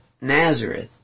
Nazareth